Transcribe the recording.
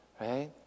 right